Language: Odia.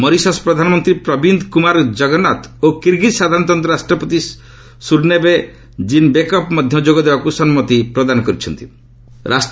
ମରିସସ୍ ପ୍ରଧାନମନ୍ତ୍ରୀ ପ୍ରବିନ୍ଦ୍ କ୍ରମାର ଜଗନ୍ନାଥ ଓ କିରଗୀଜ୍ ସାଧାରଣତନ୍ତ୍ର ରାଷ୍ଟ୍ରପତି ସୁରନ୍ବେ ଜିନ୍ବେକବ ମଧ୍ୟ ଯୋଗ ଦେବାକୁ ସମ୍ମତି ପ୍ରଦାନ କରିଛନ୍ତି